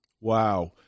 Wow